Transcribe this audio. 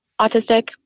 autistic